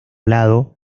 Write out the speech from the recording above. lado